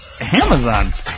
Amazon